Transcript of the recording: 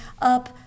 up